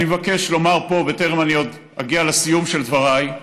אני מבקש לומר פה, בטרם אני אגיע לסיום של דבריי,